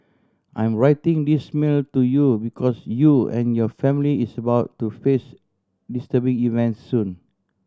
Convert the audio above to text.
I'm writing this mail to you because you and your family is about to face disturbing events soon